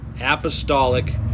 apostolic